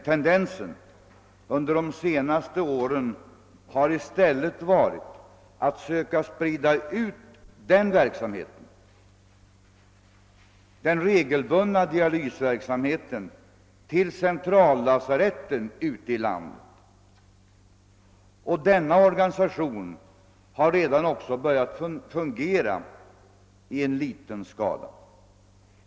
Tendensen under de senaste åren har i stället varit att söka sprida ut den regelbundna dialysverksamheten till centrallasaretten ute i landet. Denna organisation har också redan börjat fungera i liten skala.